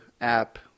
app